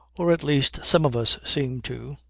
or at least some of us seem to.